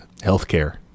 healthcare